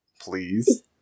Please